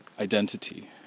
identity